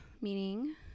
meaning